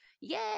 yay